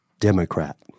Democrat